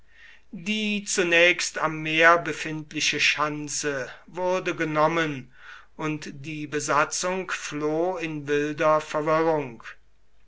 die zunächst am meer befindliche schanze wurde genommen und die besatzung floh in wilder verwirrung